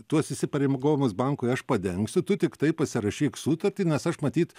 tuos įsipareigojimus bankui aš padengsiu tu tiktai pasirašyk sutartį nes aš matyt